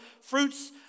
fruits